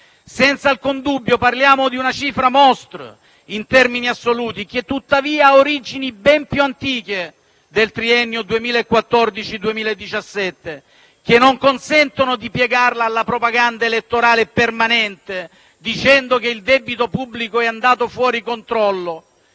Senza alcun dubbio parliamo di una cifra *monstre* in termini assoluti, che tuttavia ha origini ben più antiche del triennio 2014-2017, che non consentono di piegarla alla propaganda elettorale permanente, dicendo che il debito pubblico è andato fuori controllo.